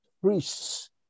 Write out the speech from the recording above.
priests